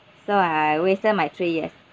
so I wasted my three years